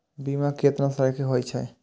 बीमा केतना तरह के हाई छै?